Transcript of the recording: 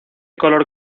color